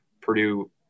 Purdue